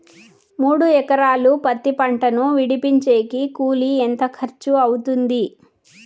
మూడు ఎకరాలు పత్తి పంటను విడిపించేకి కూలి ఎంత ఖర్చు అవుతుంది?